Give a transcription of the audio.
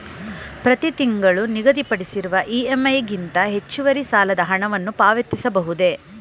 ಪ್ರತಿ ತಿಂಗಳು ನಿಗದಿಪಡಿಸಿರುವ ಇ.ಎಂ.ಐ ಗಿಂತ ಹೆಚ್ಚುವರಿ ಸಾಲದ ಹಣವನ್ನು ಪಾವತಿಸಬಹುದೇ?